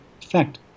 effect